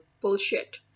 bullshit